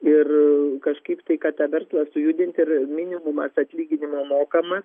ir kažkaip tai kad tą verslą sujudint ir minimumas atlyginimo mokamas